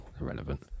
Irrelevant